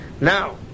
Now